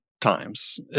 times